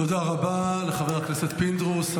תודה רבה לחבר הכנסת פינדרוס.